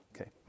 Okay